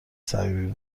صمیمی